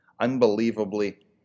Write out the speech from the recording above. Unbelievably